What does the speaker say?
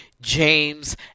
James